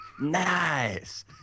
Nice